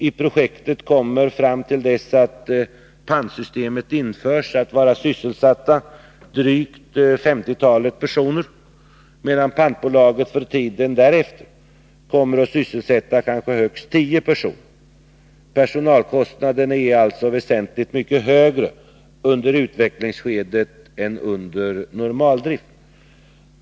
I projektet kommer drygt 50-talet personer att vara sysselsatta fram till dess att pantsystemet införs, medan pantbolaget för tiden därefter kommer att sysselsätta kanske högst tio personer. Personalkostnaden är alltså väsentligt mycket högre under utvecklingsskedet än under normaldrift.